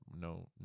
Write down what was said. no